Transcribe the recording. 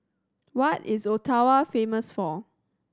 what is Ottawa famous for